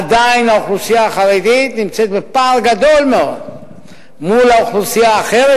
עדיין האוכלוסייה החרדית נמצאת בפער גדול מאוד מול האוכלוסייה האחרת,